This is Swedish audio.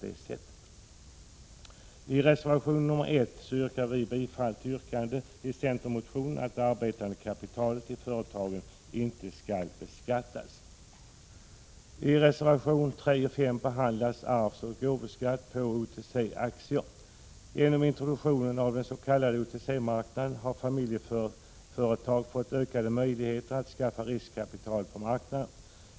I reservation 1 yrkar vi bifall till yrkandet i centermotionen att det arbetande kapitalet i företagen inte skall beskattas. Genom introduktionen av den s.k. OTC-marknaden har familjeföretag fått utökade möjligheter att skaffa riskkapital på marknaden.